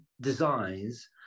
designs